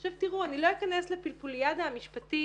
עכשיו תראו, אני לא אכנס לפילפוליאדה המשפטית